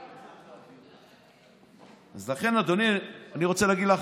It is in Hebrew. אני רוצה להגיד לך,